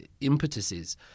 impetuses